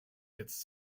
its